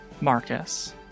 Marcus